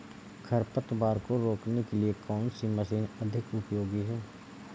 खरपतवार को रोकने के लिए कौन सी मशीन अधिक उपयोगी है?